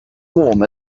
warm